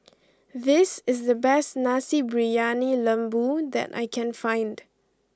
this is the best Nasi Briyani Lembu that I can find